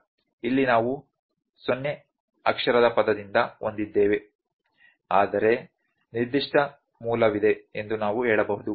ಇಲ್ಲಿ ನಾವು o ಅಕ್ಷರದ ಪದದಿಂದ ಹೊಂದಿದ್ದೇವೆ ಅದಕ್ಕೆ ನಿರ್ದಿಷ್ಟ ಮೂಲವಿದೆ ಎಂದು ನಾವು ಹೇಳಬಹುದು